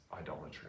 idolatry